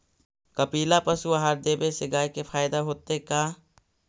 कपिला पशु आहार देवे से गाय के फायदा होतै का?